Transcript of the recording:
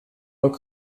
ook